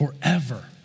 forever